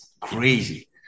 crazy